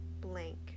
blank